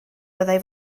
byddai